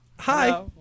Hi